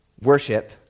worship